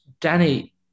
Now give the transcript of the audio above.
Danny